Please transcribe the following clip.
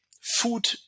food